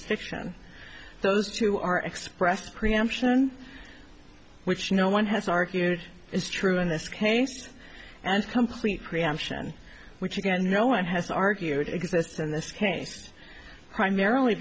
diction those two are expressed preemption which no one has argued is true in this case and complete reaction which again no one has argued exists in this case primarily